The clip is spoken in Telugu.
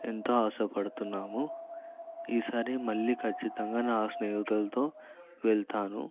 ఎంతో ఆశపడుతున్నాము ఈసారి మళ్ళీ కచ్చితంగా నా స్నేహితులతో వెళ్తాను